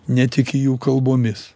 netiki jų kalbomis